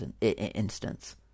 instance